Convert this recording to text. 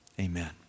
Amen